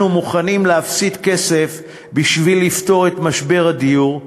אנחנו מוכנים להפסיד כסף בשביל לפתור את משבר הדיור,